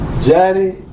Johnny